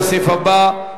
לפני שאעבור לסעיף הבא,